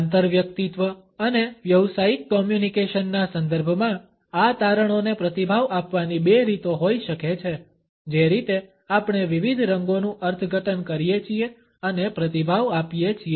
આંતરવ્યક્તિત્વ અને વ્યવસાયિક કોમ્યુનકેશનના સંદર્ભમાં આ તારણોને પ્રતિભાવ આપવાની બે રીતો હોઈ શકે છે જે રીતે આપણે વિવિધ રંગોનું અર્થઘટન કરીએ છીએ અને પ્રતિભાવ આપીએ છીએ